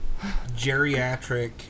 geriatric